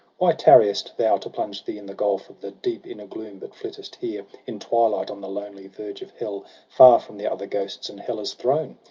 why tarriest thou to plunge thee in the gulph of the deep inner gloom, but flittest here. in twilight, on the lonely verge of hell, far from the other ghosts, and hela's throne?